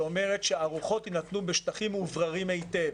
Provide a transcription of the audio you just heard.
שאומרת שארוחות יינתנו בשטחים מאווררים היטב,